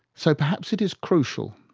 so perhaps it is crucial,